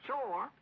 Sure